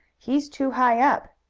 he's too high up.